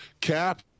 Cap